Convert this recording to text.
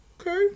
okay